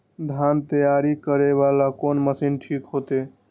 धान तैयारी करे वाला कोन मशीन ठीक होते?